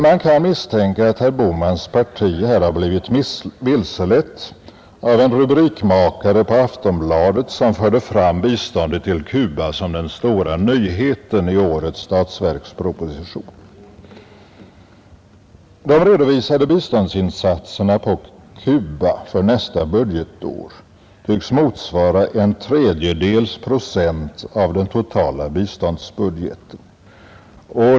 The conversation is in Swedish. Man kan misstänka att herr Bohmans parti här har blivit vilselett av en rubrikmakare på Aftonbladet som förde fram biståndet till Cuba som den stora nyheten i årets statsverksproposition. De redovisade biståndsinsatserna på Cuba för nästa budgetår tycks motsvara en tredjedels procent av den totala biståndsbudgeten.